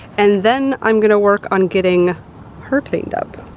and then i'm gonna work on getting her cleaned up.